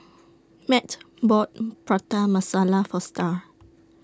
Mat bought Prata Masala For STAR